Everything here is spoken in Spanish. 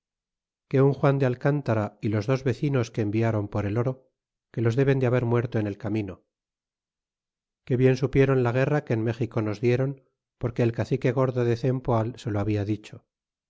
que un juan de alcantara y los dos vecinos que environ por el oro que los deben de haber muerto en el camino y que bien supieron la guerra que en méxico nos dieron porque el cacique gordo de cempoal se lo habla dicho